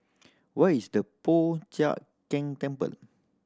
where is the Po Chiak Keng Temple